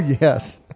Yes